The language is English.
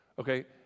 Okay